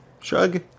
Shrug